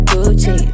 Gucci